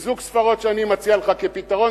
יש זוג ספרות שאני מציע לך כפתרון,